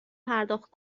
پرداخت